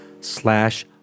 slash